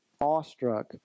awestruck